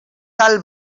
tal